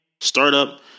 Startup